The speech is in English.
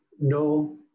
no